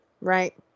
right